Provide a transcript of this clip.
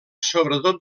sobretot